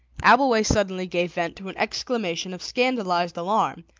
abbleway suddenly gave vent to an exclamation of scandalised alarm,